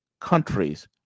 countries